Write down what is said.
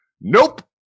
Nope